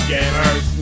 Gamers